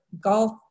golf